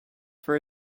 for